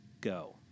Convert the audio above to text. go